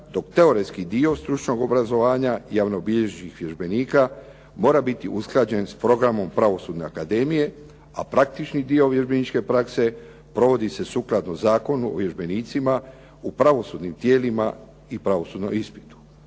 dok teoretski dio stručnog obrazovanja i javnobilježničkih vježbenika mora biti usklađen sa programom pravosudne akademije a praktični dio vježbeničke prakse provodi se sukladno Zakonu o vježbenicima u pravosudnim tijelima i pravosudnom ispitu.